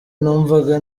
numvaga